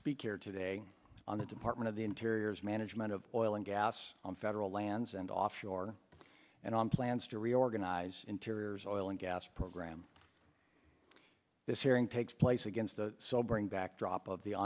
speak here today on the department of the interior's management of oil and gas on federal lands and offshore and on plans to reorganize interiors oil and gas program this hearing takes place against the sobering backdrop of the